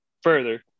further